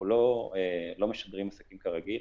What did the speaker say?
אנחנו לא משדרים עסקים כרגיל.